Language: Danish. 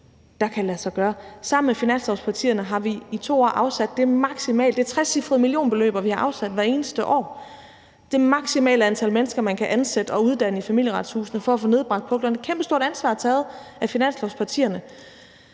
der kan lade sig gøre. Sammen med finanslovspartierne har vi i 2 år afsat det maksimale. Det er trecifrede millionbeløb, vi har afsat hvert eneste år for at få det maksimale antal mennesker, man kan ansatte og uddanne i Familieretshuset, for at få nedbragt puklen. Det er et kæmpestort ansvar, der er taget af finanslovspartierne.